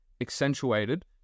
accentuated